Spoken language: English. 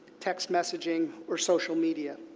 text messaging, or social media.